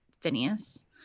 Phineas